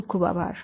ખુબ ખુબ આભાર